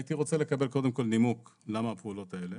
הייתי רוצה לקבל קודם כל נימוק למה הפעולות האלה